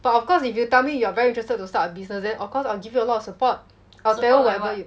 but of course if you tell me you are very interested to start a business then of course I'll give you a lot of support I'll tell you whatever you